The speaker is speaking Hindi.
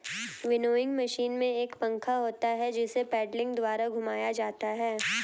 विनोइंग मशीन में एक पंखा होता है जिसे पेडलिंग द्वारा घुमाया जाता है